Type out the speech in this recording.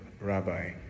Rabbi